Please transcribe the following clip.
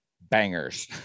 bangers